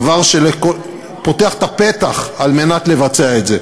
דבר שפותח את הפתח על מנת לבצע את זה.